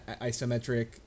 isometric